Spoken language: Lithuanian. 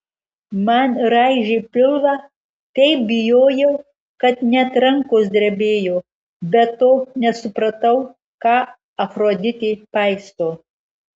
man raižė pilvą taip bijojau kad net rankos drebėjo be to nesupratau ką afroditė paisto